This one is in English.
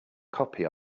copy